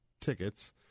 tickets